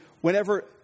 whenever